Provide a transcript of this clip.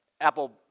Apple